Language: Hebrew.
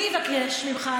אני אבקש ממך,